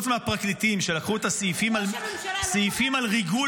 -- חוץ מהפרקליטים שלקחו את הסעיפים על ריגול